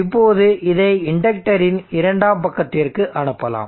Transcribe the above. இப்போது இதை இண்டக்டரின் இரண்டாம் பக்கத்திற்கு அனுப்பலாம்